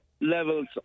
levels